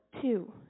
Two